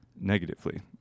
Negatively